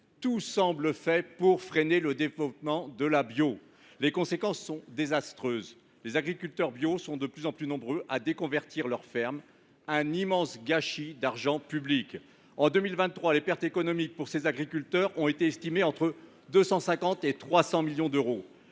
Tout semble fait pour freiner le développement de la bio. Les conséquences sont désastreuses : les agriculteurs bio sont de plus en plus nombreux à « déconvertir » leur ferme. Un immense gâchis d’argent public ! En 2023, les pertes économiques pour les agriculteurs bio ont été estimées entre 250 et 300 millions d’euros.